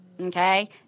Okay